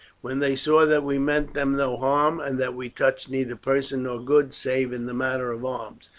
when they saw that we meant them no harm, and that we touched neither person nor goods save in the matter of arms.